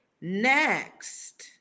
Next